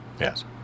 Yes